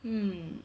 hmm